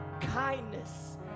kindness